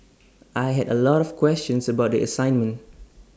I had A lot of questions about the assignment